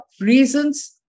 reasons